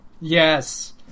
Yes